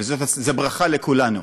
וזאת ברכה לכולנו,